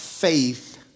Faith